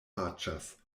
aĉas